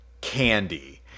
Candy